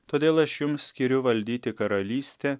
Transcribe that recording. todėl aš jums skiriu valdyti karalystę